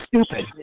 stupid